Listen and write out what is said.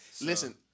Listen